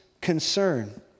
concern